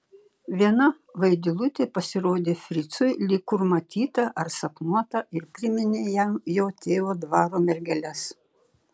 viena vaidilutė pasirodė fricui lyg kur matyta ar sapnuota ir priminė jam jo tėvo dvaro mergeles